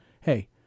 hey